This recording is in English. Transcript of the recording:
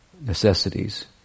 necessities